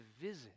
visit